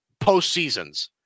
postseasons